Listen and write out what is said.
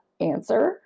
answer